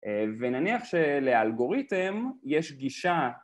ונניח שלאלגוריתם יש גישה